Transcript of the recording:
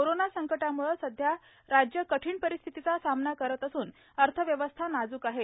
corona संकटाम्ळे सध्या राज्य कठीण परिस्थितीचा सामना करत असून अर्थव्यवस्था नाजूक आहे